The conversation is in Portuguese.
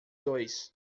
dois